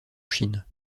chine